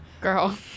girl